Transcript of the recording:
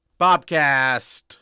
Bobcast